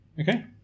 Okay